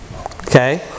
Okay